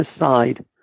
aside